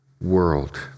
world